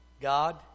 God